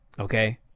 okay